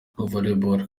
volleyball